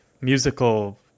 musical